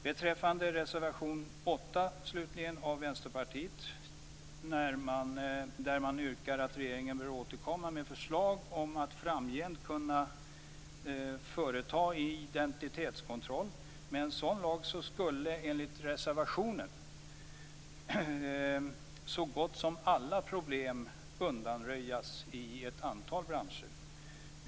I reservation 8 av Vänsterpartiet yrkar man att regeringen bör återkomma med förslag om att framgent kunna företa identitetskontroll. Med en sådan lag skulle, enligt reservationen, så gott som alla problem undanröjas i ett antal branscher.